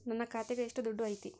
ನನ್ನ ಖಾತ್ಯಾಗ ಎಷ್ಟು ದುಡ್ಡು ಐತಿ?